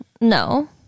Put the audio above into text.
no